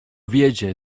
wiedzie